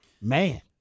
Man